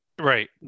Right